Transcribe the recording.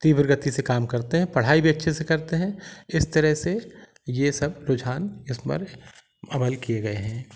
तीव्र गति से काम करते है पढ़ाई भी अच्छे से करते हैं इस तरह से ये सब रुझान इस पर अमल किए गए हैं